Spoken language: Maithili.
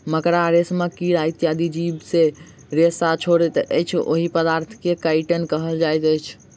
मकड़ा, रेशमक कीड़ा इत्यादि जीव जे रेशा छोड़ैत अछि, ओहि पदार्थ के काइटिन कहल जाइत अछि